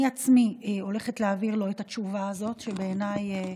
אני עצמי הולכת להעביר לו את התשובה הזו, שבעיניי